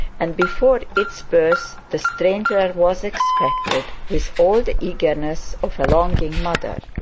and, before its birth, the stranger was expected with all the eagerness of a longing mother.